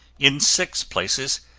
in six places,